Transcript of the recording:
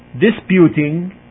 disputing